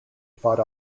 fought